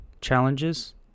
challenges